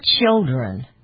children